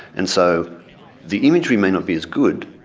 and so the imagery may not be as good,